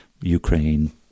Ukraine